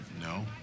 No